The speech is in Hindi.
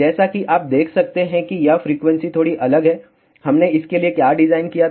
जैसा कि आप देख सकते हैं कि यह फ्रीक्वेंसी थोड़ी अलग है हमने इसके लिए क्या डिज़ाइन किया था